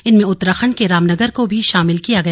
इनमें उत्तराखंड के रामनगर को भी शामिल किया गया